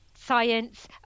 science